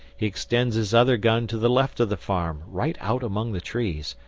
he extends his other gun to the left of the farm, right out among the trees,